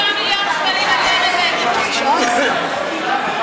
פטור ממס בגין תרומות לבתי חולים בפריפריה),